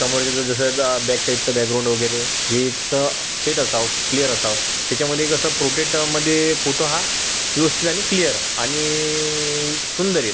समोरच्याचं जसं ब बॅक साईडचं बॅगग्राउंड वगैरे हेच सेट असावं क्लियर असावं त्याच्यामध्ये कसं प्रोटेक्टमध्ये फोटो हा व्यवस्थित आणि क्लियर आणि सुंदर येईल